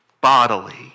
bodily